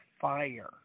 fire